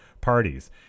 parties